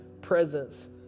presence